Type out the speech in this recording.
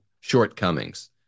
shortcomings